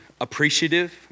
appreciative